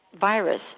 virus